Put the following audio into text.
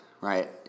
right